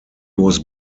was